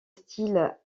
style